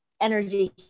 energy